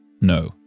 No